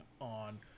on